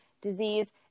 disease